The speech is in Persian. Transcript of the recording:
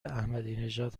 احمدینژاد